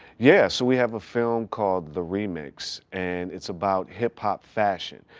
yeah, so we have a film called the remix and it's about hip-hop fashion.